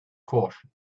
caution